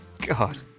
God